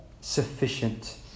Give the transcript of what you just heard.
sufficient